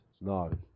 No